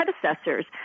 predecessors